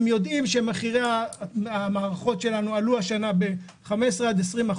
הם יודעים שמחירי המערכות שלנו עלו השנה ב-15% 20%,